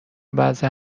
وضع